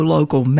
Local